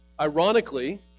ironically